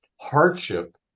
hardship